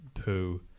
poo